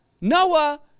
Noah